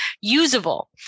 usable